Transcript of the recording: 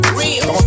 real